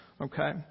okay